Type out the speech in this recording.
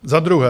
Za druhé.